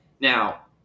Now